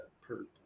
purple